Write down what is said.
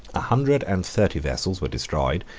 a hundred and thirty vessels were destroyed,